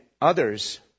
others